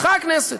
הלכה הכנסת,